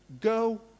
go